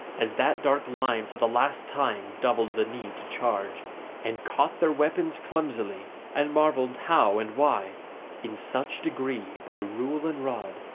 as that dark line for the last time doubled the knee to charge and caught their weapons clumsily, and marvelled how and why in such degree, by rule and rod,